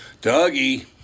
Dougie